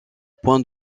point